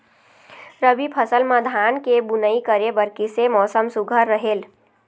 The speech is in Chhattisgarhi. रबी फसल म धान के बुनई करे बर किसे मौसम सुघ्घर रहेल?